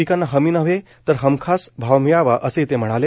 पिकांना हमी नव्हे तर हमखास भाव मिळावा असेही ते म्हणाले